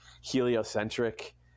heliocentric